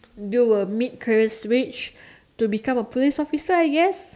do a mid career Switch to become a police officer I guess